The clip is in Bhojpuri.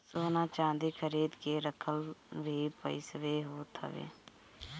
सोना चांदी खरीद के रखल भी पईसवे होत हवे